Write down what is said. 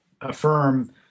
affirm